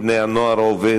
בני "הנוער העובד",